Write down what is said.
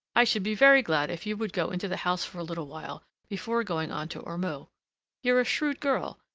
i should be very glad if you would go into the house for a little while before going on to ormeaux you're a shrewd girl,